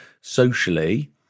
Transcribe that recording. socially